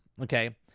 Okay